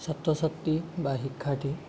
ছাত্ৰ ছাত্ৰী বা শিক্ষাৰ্থী